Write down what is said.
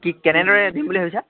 কি কেনেদৰে দিম বুলি ভাবিছে